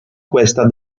questa